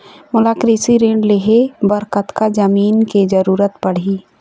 मोला कृषि ऋण लहे बर कतका जमीन के जरूरत पड़ही?